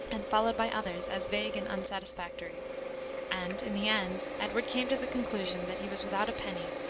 and followed by others as vague and unsatisfactory and, in the end edward came to the conclusion, that he was without a penny,